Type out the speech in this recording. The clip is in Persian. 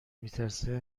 میترسه